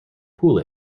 pool